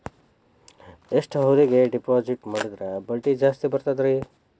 ಎಷ್ಟು ಅವಧಿಗೆ ಡಿಪಾಜಿಟ್ ಮಾಡಿದ್ರ ಬಡ್ಡಿ ಜಾಸ್ತಿ ಬರ್ತದ್ರಿ?